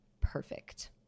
perfect